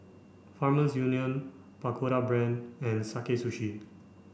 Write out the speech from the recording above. Farmers Union Pagoda Brand and Sakae Sushi